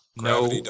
No